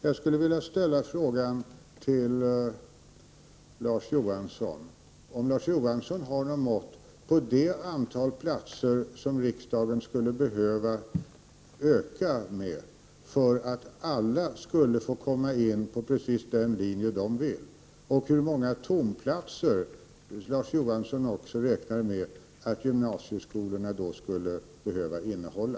Jag skulle vilja fråga Larz Johansson om Larz Johansson har något mått på det y'terligare antal platser som riksdagen skulle behöva fatta beslut om för att alla skulle få komma in på precis den linje de vill och hur många tomma platser som Larz Johansson räknar med att gymnasieskolorna då skulle behöva innehålla.